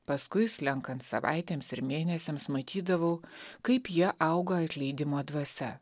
paskui slenkant savaitėms ir mėnesiams matydavau kaip jie auga atleidimo dvasia